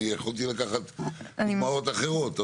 אני יכולתי לקחת דוגמאות אחרות,